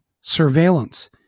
surveillance